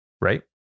right